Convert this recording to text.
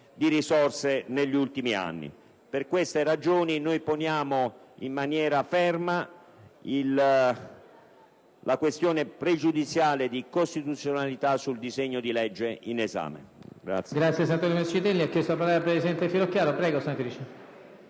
di risorse negli ultimi anni. Per questi motivi, poniamo in maniera ferma la questione pregiudiziale di costituzionalità sul disegno di legge in esame.